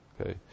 okay